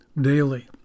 daily